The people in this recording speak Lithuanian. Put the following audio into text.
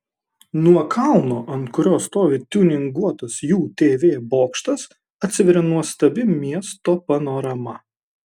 nuo kalno ant kurio stovi tiuninguotas jų tv bokštas atsiveria nuostabi miesto panorama